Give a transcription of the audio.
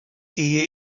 ehe